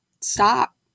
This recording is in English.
stop